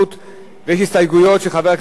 ויש הסתייגויות של חבר הכנסת דב חנין,